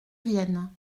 vienne